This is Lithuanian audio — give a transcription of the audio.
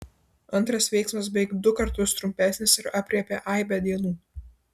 antras veiksmas beveik du kartus trumpesnis ir aprėpia aibę dienų